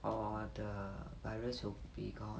or the virus will be gone